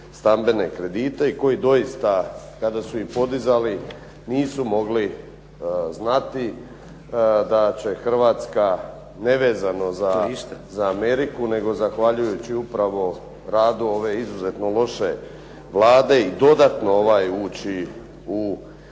i koji doista kada su ih podizali nisu mogli znati da će Hrvatska nevezano za Ameriku nego zahvaljujući upravo radu ove izuzetno loše Vlade dodatno ući u kako